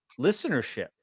listenership